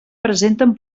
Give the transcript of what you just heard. presenten